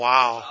Wow